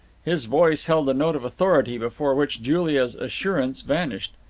his voice held a note of authority before which julia's assurance vanished.